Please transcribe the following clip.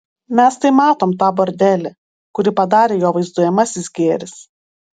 mes tai matom tą bordelį kurį padarė jo vaizduojamasis gėris